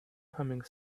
humming